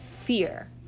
Fear